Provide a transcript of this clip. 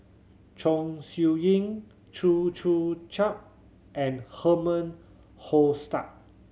Chong Siew Ying Chew Joo Chiat and Herman Hochstadt